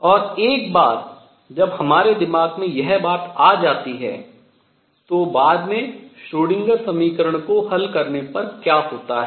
और एक बार जब हमारे दिमाग में यह बात आ जाती है तो बाद में श्रोडिंगर समीकरण को हल करने पर क्या होता है